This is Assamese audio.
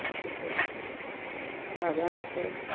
তাৰপিছত বাগান আছে